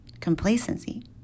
complacency